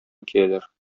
киләләр